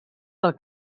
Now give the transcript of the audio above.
del